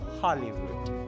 Hollywood